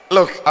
Look